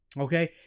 Okay